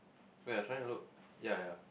where I trying to look ya ya